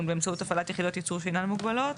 באמצעות הפעלת יחידות ייצור שאינן מוגבלות".